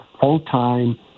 full-time